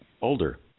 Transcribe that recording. older